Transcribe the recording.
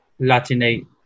Latinate